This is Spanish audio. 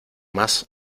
más